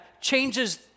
changes